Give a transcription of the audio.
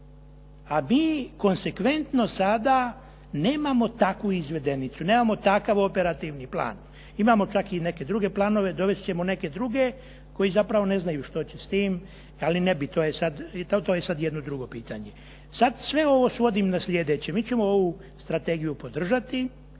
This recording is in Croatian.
a mi konzekventno sada nemamo takvu izvedenicu, nemamo takav operativni plan. Imamo čak i neke druge planove, dovest ćemo neke druge koji zapravo ne znaju što će s tim. Ali ne bi, to je sad jedno drugo pitanje. Sad sve ovo svodim na slijedeće. Mi ćemo ovu strategiju podržati.